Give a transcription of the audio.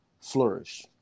Flourish